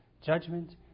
judgment